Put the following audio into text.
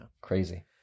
Crazy